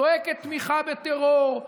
צועקת תמיכה בטרור,